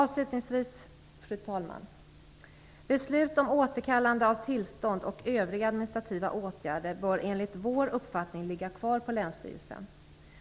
Avslutningsvis bör, enligt vår uppfattning, beslut om återkallande av tillstånd och övriga administrativa åtgärder ligga kvar hos länsstyrelserna.